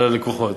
על הלקוחות.